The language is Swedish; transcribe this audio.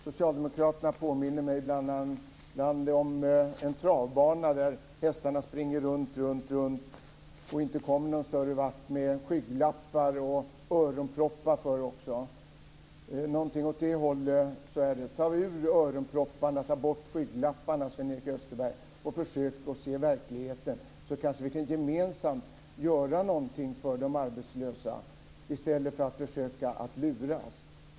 Socialdemokraterna påminner mig ibland om en travbana där hästarna springer runt runt utan att komma någonvart, med skygglappar och öronlappar. Ta ur öronpropparna och ta av skygglapparna, Sven Erik Österberg, och försök att se verkligheten så kanske vi gemensamt kan göra något för de arbetslösa i stället för att försöka luras.